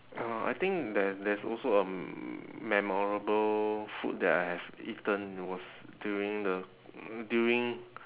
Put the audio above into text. uh I think there there's also a memorable food that I have eaten was during the during